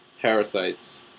parasites